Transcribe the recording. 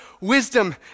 wisdom